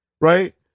right